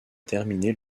terminé